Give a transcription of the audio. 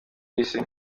yihaye